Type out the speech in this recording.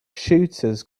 shooters